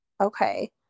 okay